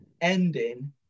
ending